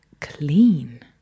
clean